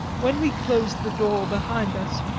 when we closed the door behind us,